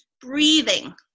breathing